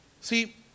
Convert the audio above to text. See